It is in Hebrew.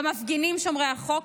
במפגינים שומרי החוק,